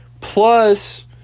plus